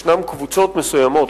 קבוצות מסוימות,